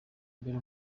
imbere